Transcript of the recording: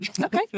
Okay